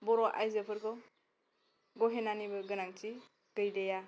बर' आयजोफोरखौ ग'हेनानिबो गोनांथि गैलाया